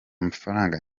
mafaranga